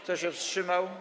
Kto się wstrzymał?